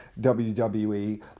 WWE